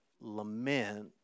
lament